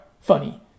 funny